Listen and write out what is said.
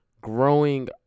growing